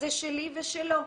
זה שלי ושלו.